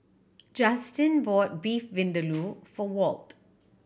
Juston bought Beef Vindaloo for Walt